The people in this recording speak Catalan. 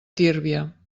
tírvia